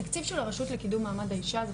התקציב של הרשות לקידום מעמד האישה,